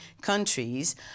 countries